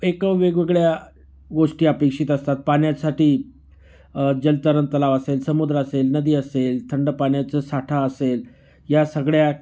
एक वेगवेगळ्या गोष्टी अपेक्षित असतात पाण्यासाठी जलतरण तलाव असेल समुद्र असेल नदी असेल थंड पाण्याचं साठा असेल या सगळ्या